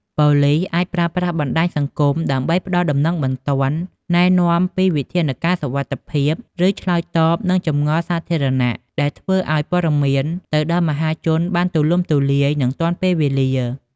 ប៉ូលិសអាចប្រើប្រាស់បណ្ដាញសង្គមដើម្បីផ្តល់ដំណឹងបន្ទាន់ ណែនាំពីវិធានការសុវត្ថិភាព ឬឆ្លើយតបនឹងចម្ងល់សាធារណៈ ដែលធ្វើឲ្យព័ត៌មានទៅដល់មហាជនបានទូលំទូលាយ និងទាន់ពេលវេលា។